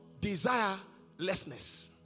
desirelessness